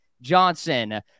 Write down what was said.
Johnson